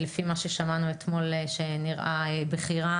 שמענו אתמול שמצבו הבריאותי בכי רע,